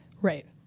Right